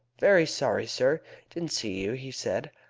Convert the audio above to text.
very sorry, sir didn't see you, he said.